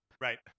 Right